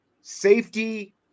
safety